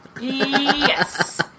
Yes